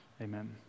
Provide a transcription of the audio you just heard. Amen